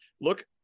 look